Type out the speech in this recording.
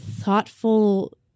thoughtful